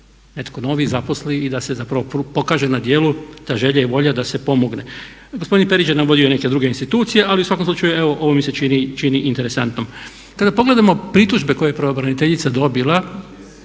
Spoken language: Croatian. netko novi zaposli i da se zapravo pokaže na djelu ta želja i volja da se pomogne. Gospodin Perić je navodio i neke druge institucije ali u svakom slučaju ovo mi se čini interesantnim. Kada pogledamo pritužbe koje je pravobraniteljica dobila